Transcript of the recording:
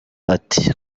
ati